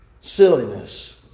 silliness